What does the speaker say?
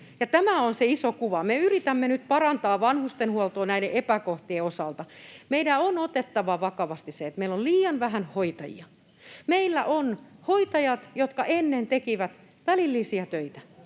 tämä on se iso kuva. Me yritämme nyt parantaa vanhustenhuoltoa näiden epäkohtien osalta. Meidän on otettava vakavasti se, että meillä on liian vähän hoitajia. Meillä on hoitajia, jotka ennen tekivät välillisiä töitä